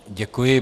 Děkuji.